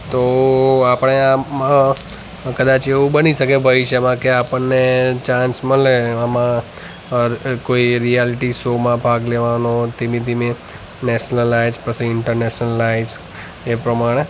તો આપણે આમ કદાચ એવું બની શકે ભવિષ્યમાં કે આપણને ચાન્સ મળે આમાં કોઈ રિયાલિટી શોમાં ભાગ લેવાનો ધીમે ધીમે નેશનલાઈઝ પછી ઇન્ટર નેશનલાઈઝ એ પ્રમાણે